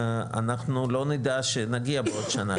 אנחנו לא נדע שנגיע בעוד שנה,